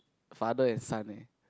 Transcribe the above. father and son eh